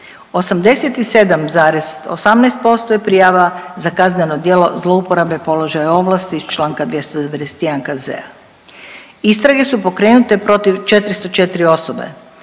87,18% je prijava za kazneno djelo zlouporabe položaja i ovlasti iz čl. 291. KZ-a. Istrage su pokrenute protiv 404 osobe,